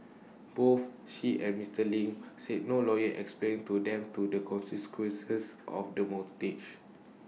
both she and Mister Ling said no lawyer explained to them to the consequences of the mortgage